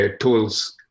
tools